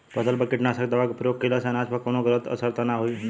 फसल पर कीटनाशक दवा क प्रयोग कइला से अनाज पर कवनो गलत असर त ना होई न?